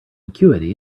acuity